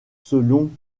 selon